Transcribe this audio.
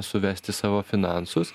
suvesti savo finansus